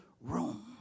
room